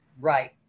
Right